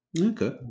okay